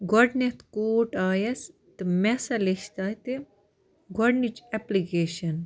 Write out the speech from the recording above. گۄڈٕنیٚتھ کورٹ آیَس تہٕ مےٚ ہَسا لیٚچھ تَتہِ گۄڈنِچۍ ایٚپلکیشَن